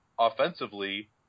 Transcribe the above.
offensively